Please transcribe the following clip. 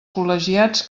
col·legiats